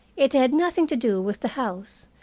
it had nothing to do with the house.